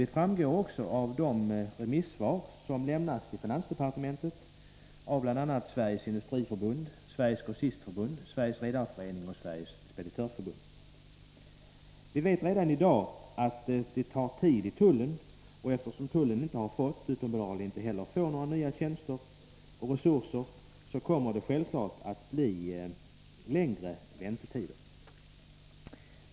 Det framgår också av de remissvar som lämnats till finansdepartementet av bl.a. Sveriges industriförbund, Sveriges grossistförbund, Sveriges redarförening och Sveriges speditörförbund. Vi vet redan i dag att det tar tid i tullen, och eftersom tullen inte har fått — och uppenbarligen inte heller får — några nya tjänster och resurser kommer väntetiderna självfallet att bli längre.